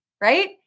right